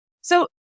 So-